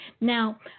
Now